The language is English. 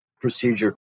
procedure